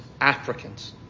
Africans